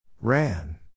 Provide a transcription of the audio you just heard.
Ran